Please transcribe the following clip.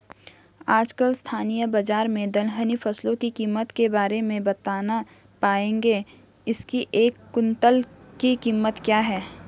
आजकल स्थानीय बाज़ार में दलहनी फसलों की कीमत के बारे में बताना पाएंगे इसकी एक कुन्तल की कीमत क्या है?